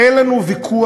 אין לנו ויכוח,